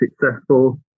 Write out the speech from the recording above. successful